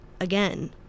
again